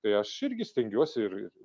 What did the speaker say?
tai aš irgi stengiuosi ir ir